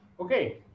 Okay